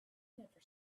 never